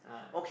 ah